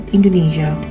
Indonesia